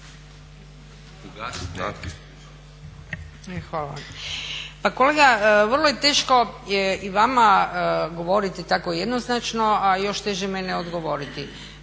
Hvala vam.